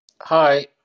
Hi